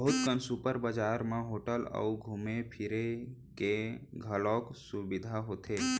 बहुत कन सुपर बजार म होटल अउ घूमे फिरे के घलौक सुबिधा होथे